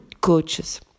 coaches